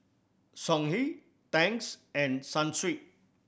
Songhe Tangs and Sunsweet